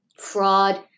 fraud